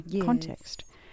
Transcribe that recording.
context